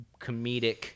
comedic